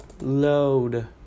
Load